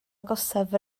agosaf